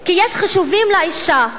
כי יש חישובים לאשה.